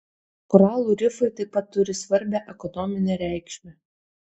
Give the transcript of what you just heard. koralų rifai taip pat turi svarbią ekonominę reikšmę